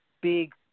big